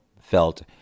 felt